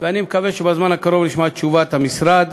ואני מקווה שבזמן הקרוב נשמע את תשובת המשרד,